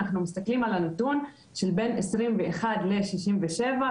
אנחנו מסתכלים על הנתון של בין 21 ל- 67,